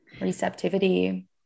receptivity